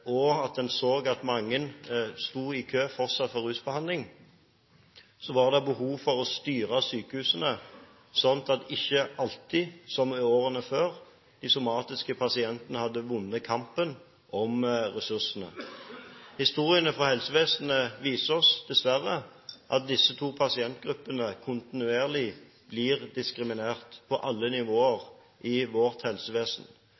mange fortsatt sto i kø for rusbehandling – å styre sykehusene slik at det, ikke alltid, som i årene før, var de somatiske pasientene som vant kampen om ressursene. Historiene fra helsevesenet viser oss dessverre at disse to pasientgruppene kontinuerlig blir diskriminert på alle nivåer i vårt helsevesen,